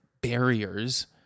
barriers